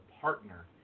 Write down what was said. partner